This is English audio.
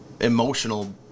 emotional